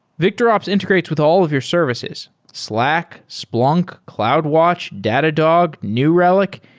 victorops integrates with all of your services slack, splunk, cloudwatch, datadog, new relic,